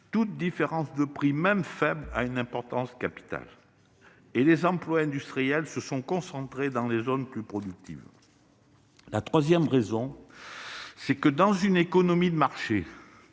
Toute différence de prix, même faible, a une importance capitale. Les emplois industriels se sont concentrés dans les zones les plus productives. Troisième raison : dans une économie de marché